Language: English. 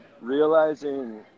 realizing